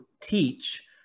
teach